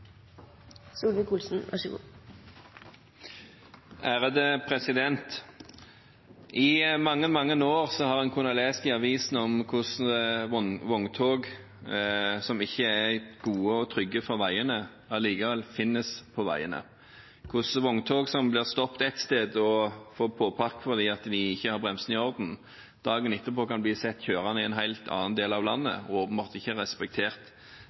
I mange, mange år har en kunnet lese i avisen hvordan vogntog som ikke er gode og trygge for veiene, allikevel finnes på veiene, hvordan vogntog som blir stoppet ett sted, og får påpakning for ikke å ha bremsene i orden, dagen etter kan bli sett kjørende i en helt annen del av landet og åpenbart ikke har respektert